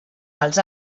pels